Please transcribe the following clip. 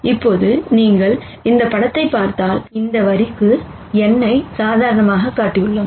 இப்போது நீங்கள் இந்த படத்தை பார்த்தால் இந்த வரிக்கு n ஐ சாதாரணமாகக் காட்டியுள்ளோம்